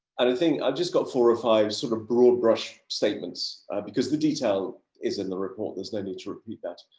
i don't think i've just got four or five sort of broad brush statements because the detail is in the report, there's no need to repeat that.